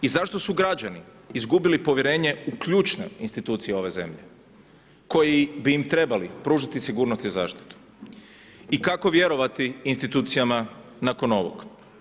I zašto su građani izgubili povjerenje u ključne institucije ove zemlje koji bi im trebali pružiti sigurnost i zaštitu i kako vjerovati institucijama nakon ovog?